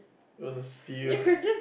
it was a steal